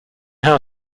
how